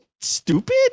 stupid